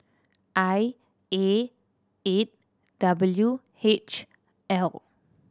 I A eight W H L